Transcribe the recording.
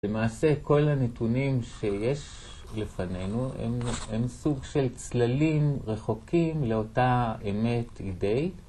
למעשה, כל הנתונים שיש לפנינו, הם סוג של צללים רחוקים לאותה אמת אידאית.